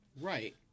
Right